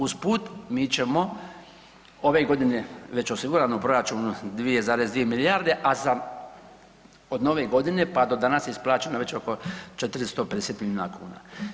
Usput, mi ćemo ove godine, već je osigurano u proračunu 2,2 milijarde, a za, od Nove Godine, pa do danas je isplaćeno već oko 450 milijuna kuna.